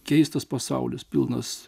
keistas pasaulis pilnas